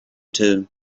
too